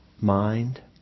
mind